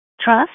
Trust